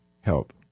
help